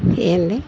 ఏంది